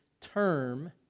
term